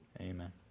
Amen